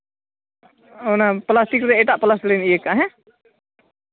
ᱚᱱᱟ ᱯᱞᱟᱥᱴᱤᱠ ᱨᱮ ᱮᱴᱟᱜ ᱯᱞᱟᱥᱴᱤᱠ ᱨᱮᱞᱤᱧ ᱤᱭᱟᱹ ᱠᱟᱜᱼᱟ ᱦᱮᱸ